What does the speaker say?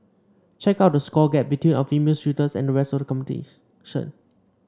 check out the score gap between our female shooters and the rest of the competition